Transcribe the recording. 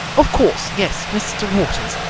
of course, yes. mr. waters.